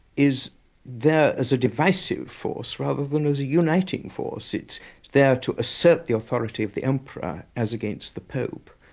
is there as a divisive force, rather than as a uniting force. it's there to assert the authority of the emperor as against the pope,